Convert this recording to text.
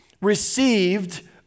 received